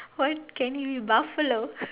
what can he be Buffalo